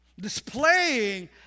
Displaying